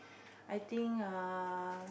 I think err